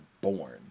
born